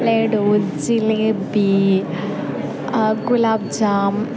laddu jalebi gulab jamun